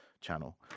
channel